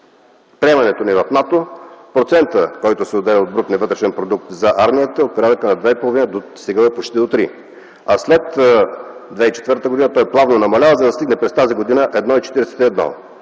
приемането ни в НАТО – процентът, който се отделя от брутния вътрешен продукт за армията е от порядъка на 2,5 и стига почти до 3, а след 2004 г. той плавно намалява, за да стигне през тази година 1,41.